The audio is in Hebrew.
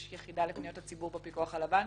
יש יחידה לפניות הציבור בפיקוח על הבנקים,